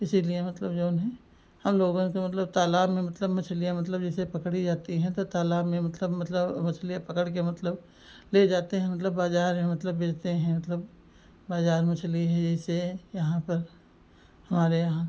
इसीलिए मतलब जऊन है हम लोगों के मतलब तालाब में मतलब मछलियाँ मतलब जैसे पकड़ी जाती हैं तो तालाब में मतलब मतलब मछलियाँ पकड़कर मतलब ले जाते हैं मतलब बाज़ार में मतलब बेचते हैं मतलब बाज़ार मछली है जैसे यहाँ पर हमारे यहाँ